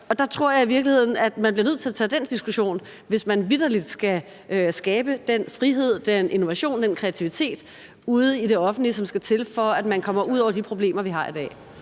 Jeg tror i virkeligheden, at man bliver nødt til at tage den diskussion, hvis man vitterlig skal skabe den frihed, den innovation og den kreativitet ude i det offentlige, som skal til, for at man kan komme ud over de problemer, vi har i dag.